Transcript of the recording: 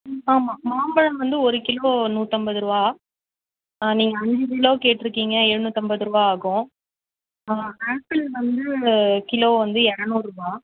ம் ஆமாம் மாம்பழம் வந்து ஒரு கிலோ நூற்றம்பது ருபா நீங்கள் அஞ்சு கிலோ கேட்டிருக்கீங்க எழுநூத்தம்பது ருபா ஆகும் ஆப்பிள் வந்து கிலோ வந்து இரநூறுரூபா